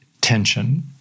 tension